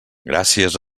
gràcies